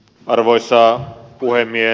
arvoisa puhemies